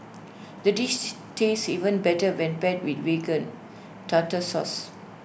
the dish tastes even better when paired with Vegan Tartar Sauce